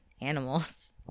animals